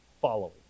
following